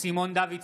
סימון דוידסון,